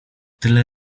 tyle